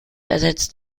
ersetzt